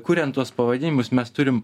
kuriant tuos pavadinimus mes turim